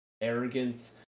Arrogance